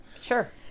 Sure